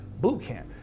bootcamp